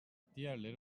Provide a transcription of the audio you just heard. diğerleri